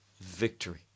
victory